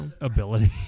ability